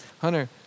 Hunter